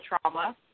trauma